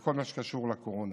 וכל מה שקשור לקורונה.